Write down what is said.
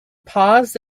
paused